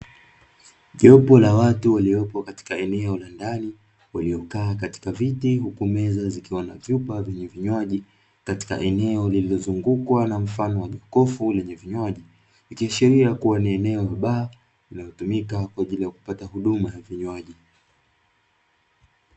Jopo la watu waliopo katika eneo la ndani, waliokaa katika viti huku meza zikiwa na vyupa vyenye vinywaji katika eneo lililozungukwa na mfan wa jokofu lenye vinywaji, ikiashiria ni eneo la baa linalotumika kwa ajili ya kupata huduma ya vinywaji.